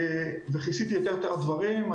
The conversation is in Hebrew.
כיסיתי את ייתר הדברים.